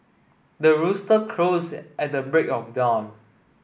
the rooster crows at the break of dawn